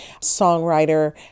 songwriter